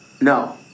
No